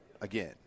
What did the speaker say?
Again